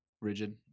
Rigid